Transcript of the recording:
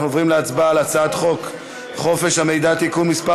אנחנו עוברים להצבעה על חוק חופש המידע (תיקון מס'